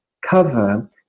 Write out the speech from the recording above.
cover